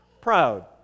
proud